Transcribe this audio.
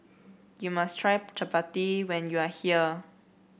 you must try chappati when you are here